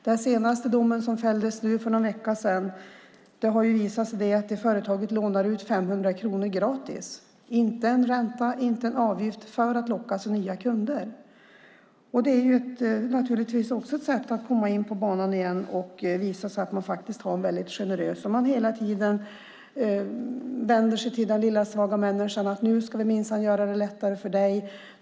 Den senaste domen för någon vecka sedan gällde ett företag som lånar ut 500 kronor gratis - ingen ränta, ingen avgift - för att locka nya kunder. Det är naturligtvis ett sätt att komma in på banan och visa att man är generös. Man vänder sig till den lilla svaga människan och lockar: Nu ska vi göra det lättare för dig.